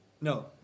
No